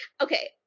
Okay